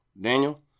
Daniel